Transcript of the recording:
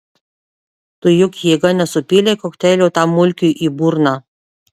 tu juk jėga nesupylei kokteilio tam mulkiui į burną